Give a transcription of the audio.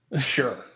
Sure